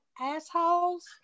assholes